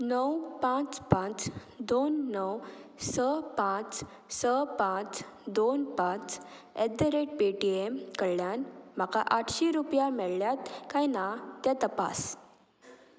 णव पांच पांच दोन णव स पांच स पांच दोन पांच एट द रेट पेटीएम कडल्यान म्हाका आठशी रुपया मेळ्ळ्यात काय ना तें तपास